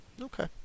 Okay